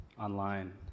online